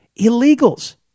Illegals